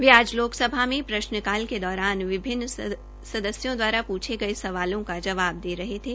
वे आज लोकसभा में प्रशन काल के दौरान विभिन्न सदस्यों द्वारा पूछे गये सवालों का जवाब दे रहे थे